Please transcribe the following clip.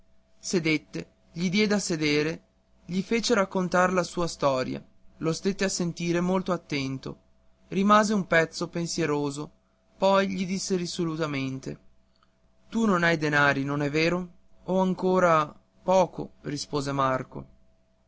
sedette gli diè da sedere gli fece raccontar la sua storia lo stette a sentire molto attento rimase un pezzo pensieroso poi gli disse risolutamente tu non hai denari non è vero ho ancora poco rispose marco